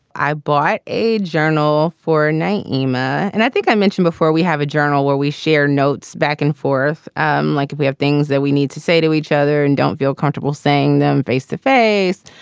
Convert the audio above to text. i bought a journal for nyima and i think i mentioned before we have a journal where we share notes back and forth, um like if we have things that we need to say to each other and don't feel comfortable saying them face to face.